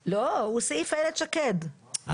חושבת,